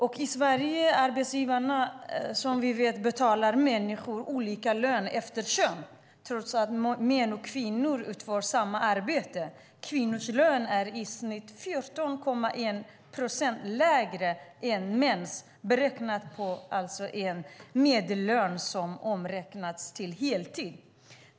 I Sverige betalar arbetsgivarna som vi vet människor olika lön efter kön, trots att män och kvinnor utför samma arbete. Kvinnornas lön är i snitt 14,1 procent lägre än männens, beräknat på en medellön som omräknats till heltid.